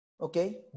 Okay